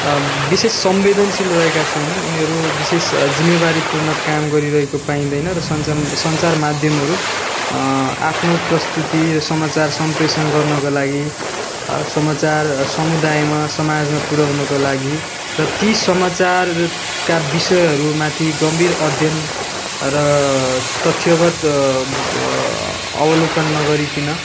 विशेष संवेदनशिल रहेका छैनन् उनीहरू विशेष जिम्मेवारीपूर्ण काम गरिरहेको पाइँदैन र सन्चम सञ्चार माध्यमहरू आफ्नो प्रस्तुति समाचार सम्प्रेषण गर्नको लागि समाचार समुदायमा समाजमा पुऱ्याउनुको लागि र ती समाचारका विषयहरू माथि गम्भीर अध्ययन र तथ्यगत् अवलोकन नगरिकिन